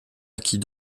acquis